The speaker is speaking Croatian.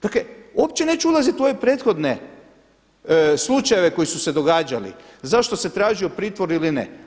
Dakle, uopće neću ulazit u ove prethodne slučajeve koji su se događali zašto se tražio pritvor ili ne.